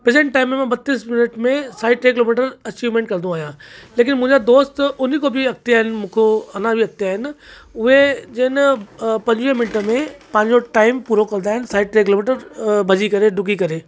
present time में ॿटीह minute में साढे ते किलोमीटर अचीवमेंट कंदो आहियां लेकिन मुंहिंजा दोस्त उन खों बि अॻिते आहिनि मूंखों अञा बि अॻिते आहिनि उहे जिन पंजवीह मिन्टनि में पंहिंजो टाइम पूरा कंदा आहिनि साढा टे किलोमीटर भॼी करे ॾुकी करे